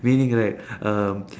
meaning right uh